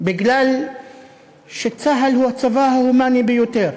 כי צה"ל הוא הצבא ההומני ביותר.